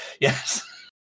yes